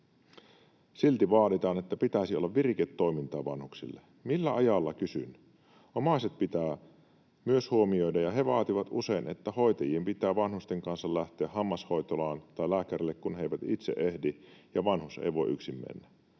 Silti vaaditaan, että pitäisi olla viriketoimintaa vanhuksille. Millä ajalla, kysyn. Omaiset pitää myös huomioida. He vaativat usein, että hoitajien pitää vanhusten kanssa lähteä hammashoitolaan tai lääkärille, kun he eivät itse ehdi ja vanhus ei voi yksin mennä.